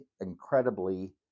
incredibly